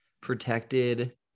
protected